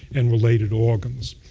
and related organs.